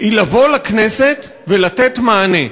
היא לבוא לכנסת ולתת מענה.